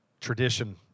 tradition